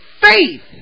faith